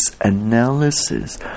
analysis